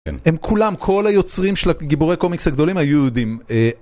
הם כולם, כל היוצרים של הגיבורי הקומיקס הגדולים היו יהודים.